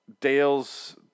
Dale's